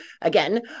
again